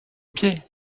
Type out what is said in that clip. pied